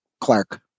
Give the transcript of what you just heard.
Clark